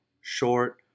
short